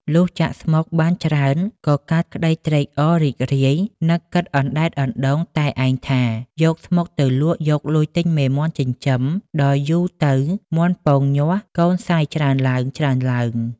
លុះចាក់ស្មុគបានច្រើនក៏កើតក្តីត្រេកអររីករាយនឹកគិតអណ្តែតអណ្តូងតែឯងថា យកស្មុគទៅលក់យកលុយទិញមេមាន់ចិញ្ចឹម ដល់យូរទៅមាន់ពងញាស់ កូនសាយច្រើនឡើងៗ។